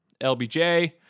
LBJ